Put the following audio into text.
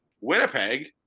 Winnipeg